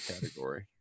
category